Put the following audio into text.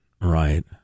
Right